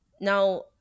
Now